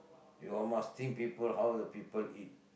you all must think people how the people eat